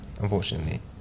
Unfortunately